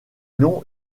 non